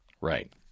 Right